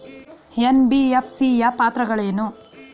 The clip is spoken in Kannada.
ಎನ್.ಬಿ.ಎಫ್.ಸಿ ಯ ಪಾತ್ರಗಳೇನು?